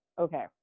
okay